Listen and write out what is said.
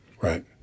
Right